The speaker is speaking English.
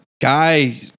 guy